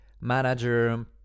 manager